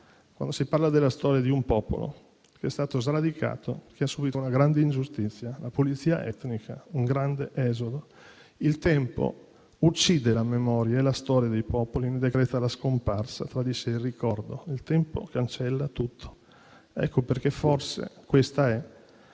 quando si parla della storia di un popolo che è stato sradicato, che ha subìto una grande ingiustizia, la pulizia etnica e un grande esodo. Il tempo uccide la memoria e la storia dei popoli. Ne decreta la scomparsa, tradisce il ricordo. Il tempo cancella tutto. Ecco perché forse questa è